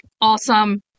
awesome